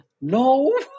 No